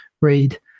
read